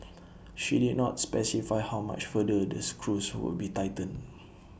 she did not specify how much further the screws would be tightened